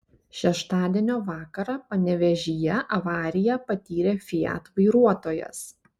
šeštadienio vakarą panevėžyje avariją patyrė fiat vairuotojas